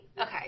okay